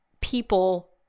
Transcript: people